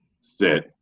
sit